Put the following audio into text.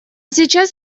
сейчас